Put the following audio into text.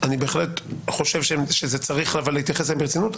אני בהחלט חושב שצריך להתייחס לזה ברצינות.